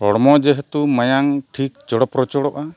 ᱦᱚᱲᱢᱚ ᱡᱮᱦᱮᱛᱩ ᱢᱟᱭᱟᱝ ᱴᱷᱤᱠ ᱪᱚᱲᱚ ᱯᱨᱚᱪᱚᱲᱚᱜᱼᱟ